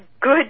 good